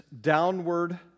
downward